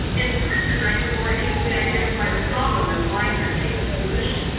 in person i can more easily identify the problem and find, or seek, a solution,